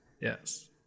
Yes